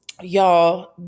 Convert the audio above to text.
y'all